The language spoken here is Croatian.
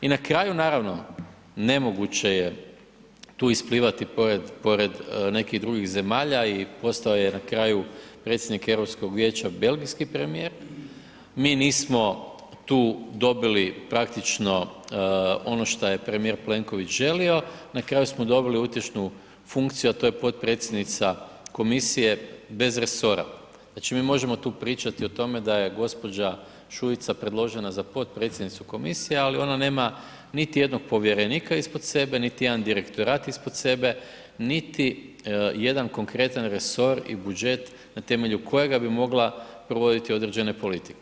I na kraju naravno, nemoguće je tu isplivati pored nekih drugih zemalja i postoje na kraju predsjednik Europskog vijeća belgijski premijer, mi nismo tu dobili praktično ono šta je premijer Plenković želio, na kraju smo dobili utješnu funkciju a to je potpredsjednica Komisije bez resora, znači mi možemo tu pričati o tome da je gđa. Šuica predložena za potpredsjednicu komisije ali ona nema niti jednog povjerenika ispod sebe, niti jedan direktorat ispod sebe, niti jedan konkretan resor i budžet na temelju kojega bi mogla provoditi određene politike.